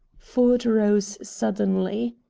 ford rose suddenly.